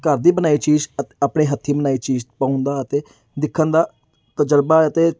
ਘਰ ਦੀ ਬਣਾਈ ਚੀਜ਼ ਅਤੇ ਆਪਣੇ ਹੱਥੀਂ ਬਣਾਈ ਚੀਜ ਪਾਉਣ ਦਾ ਅਤੇ ਦਿਖਣ ਦਾ ਤਜ਼ਰਬਾ ਅਤੇ